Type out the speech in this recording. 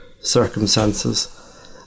circumstances